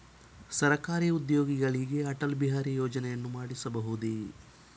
ಸರಕಾರಿ ಉದ್ಯೋಗಿಗಳಿಗೆ ಅಟಲ್ ಬಿಹಾರಿ ಯೋಜನೆಯನ್ನು ಮಾಡಿಸಬಹುದೇ?